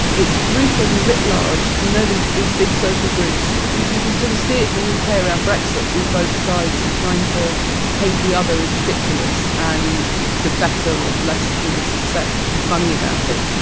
it's grouping writ large. you know, these these big social groups you can sort of see it in the u k. around brexit with both sides trying to paint the other as ridiculous and to better or less, you know, success be funny about so it.